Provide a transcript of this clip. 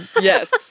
Yes